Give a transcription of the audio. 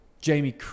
Jamie